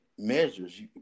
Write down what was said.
Measures